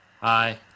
hi